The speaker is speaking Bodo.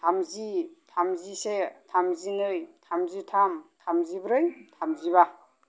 थामजि थामजिसे थामजिनै थामजिथाम थामजिब्रै थामजिबा